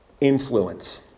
influence